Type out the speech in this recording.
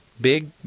Big